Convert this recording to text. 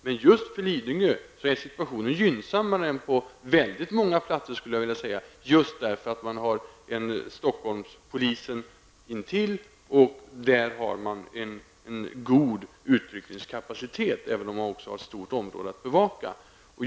Men för Lidingö är situationen gynnsammare än på många platser just därför att Stockholmspolisen finns intill och det där finns en god utryckningskapacitet även om området är stort att bevaka.